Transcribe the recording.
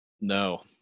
No